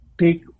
take